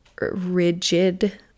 rigid